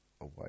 away